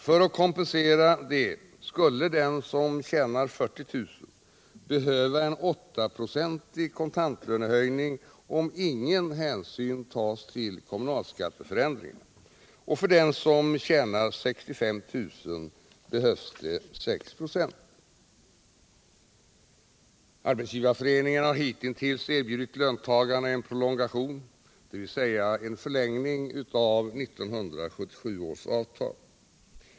För att kompensera det skulle den som tjänar 40 000 behöva en 8-procentig kontantlönehöjning om ingen hänsyn tas till kommunalskatteförändringar. För den som tjänar 65 000 behövs det 6 96. Arbetsgivareföreningen har hitintills erbjudit löntagarna en prolongation, dvs. en förlängning av 1977 års avtal.